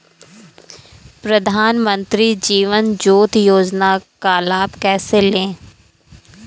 प्रधानमंत्री जीवन ज्योति योजना का लाभ कैसे लें?